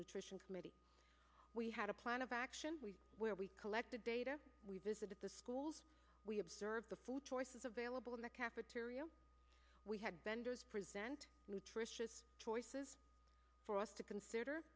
nutrition committee we had a plan of action where we collected data we visited the schools we observed the food choices available in the cafeteria we had vendors present nutritious choices for us to consider